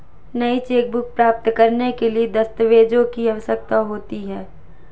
नई चेकबुक प्राप्त करने के लिए किन दस्तावेज़ों की आवश्यकता होती है?